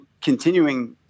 continuing